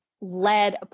led